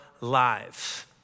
lives